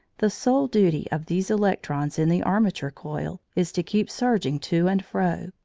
the sole duty of these electrons in the armature coil is to keep surging to and fro,